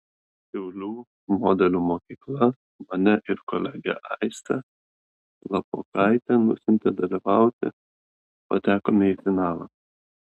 šiaulių modelių mokykla mane ir kolegę aistę šlapokaitę nusiuntė dalyvauti patekome į finalą